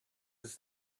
does